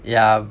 yeah